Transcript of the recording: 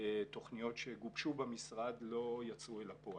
תוכניות שגובשו במשרד, לא יצאו אל הפועל.